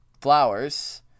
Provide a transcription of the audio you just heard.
Flowers